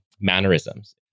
mannerisms